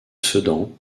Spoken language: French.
sedan